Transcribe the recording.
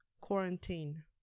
quarantine